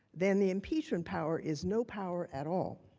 then, the impeachment power is no power at all.